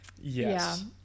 yes